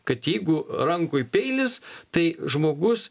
kad jeigu rankoj peilis tai žmogus